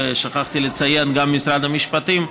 ושכחתי לציין גם את משרד המשפטים,